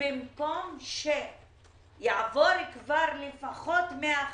במקום שיעברו כבר לפחות 150 מיליון,